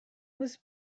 was